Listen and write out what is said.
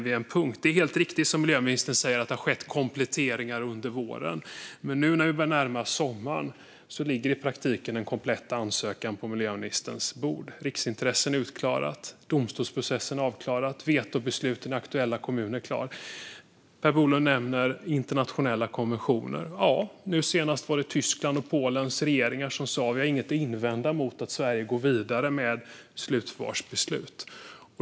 Det är helt riktigt som miljöministern sa - det har skett kompletteringar under våren. Men nu när vi börjar närma oss sommaren ligger det i praktiken en komplett ansökan på miljöministerns bord. Frågan om riksintressen är utklarad. Domstolsprocessen är avklarad. Vetobeslutet i den aktuella kommunen är klart. Per Bolund nämnde internationella konventioner. Senast var det Tysklands och Polens regeringar som sa att de inte hade något att invända mot att Sverige går vidare med ett slutförvarsbeslut.